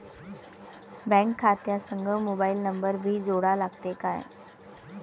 Bank खात्या संग mobile number भी जोडा लागते काय?